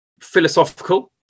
philosophical